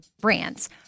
brands